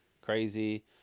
crazy